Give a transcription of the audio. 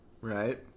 right